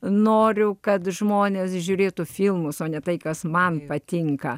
noriu kad žmonės žiūrėtų filmus o ne tai kas man patinka